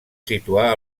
situar